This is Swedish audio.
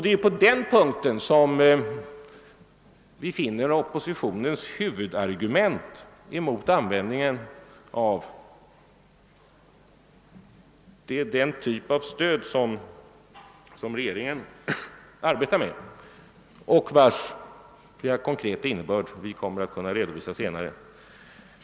Det är på den punkten som vi finner oppositionens huvudargument mot den typ av stöd som regeringen arbetar med — och vars konkreta innebörd det senare blir möjligt för oss att redovisa — avslöjande.